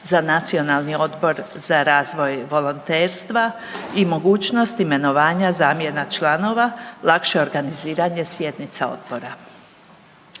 za Nacionalni odbor za razvoj volonterstva i mogućnost imenovanja zamjena članova, lakše organiziranje sjednica odbora,